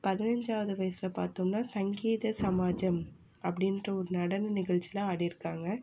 பதினஞ்சாவது வயதில் பார்த்தோம்னா சங்கீத சமாஜம் அப்படின்ற ஒரு நடன நிகழ்ச்சியில் ஆடிருக்காங்கள்